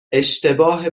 اشتباه